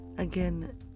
again